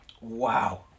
Wow